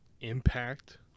Impact